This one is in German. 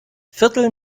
viertel